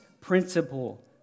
principle